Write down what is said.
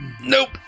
Nope